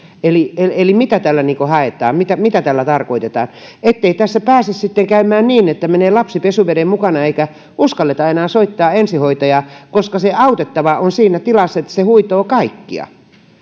eli eli mitä tällä niin kuin haetaan mitä mitä tällä tarkoitetaan ettei tässä pääse sitten käymään niin että menee lapsi pesuveden mukana eikä uskalleta enää soittaa ensihoitajaa kun se autettava on siinä tilassa että se huitoo kaikkia